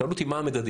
שאלו אותי מה המדדים.